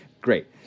great